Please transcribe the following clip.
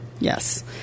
Yes